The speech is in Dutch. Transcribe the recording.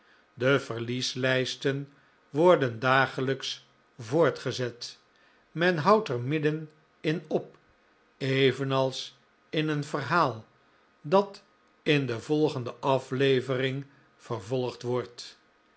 de verlieslijsten worden dagelijks voortgezet men houdt er midden in op evenals in een verhaal dat in de volgende aflevering vervolgd wordt